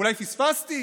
אולי פספסתי?